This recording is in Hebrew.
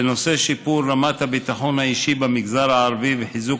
בנושא שיפור רמת הביטחון האישי במגזר הערבי וחיזוק